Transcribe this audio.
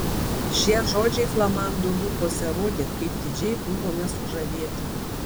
šie žodžiai flamando lūpose rodė kaip didžiai buvome sužavėti